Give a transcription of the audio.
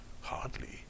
Hardly